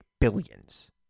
billions